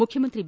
ಮುಖ್ಚಮಂತ್ರಿ ಬಿ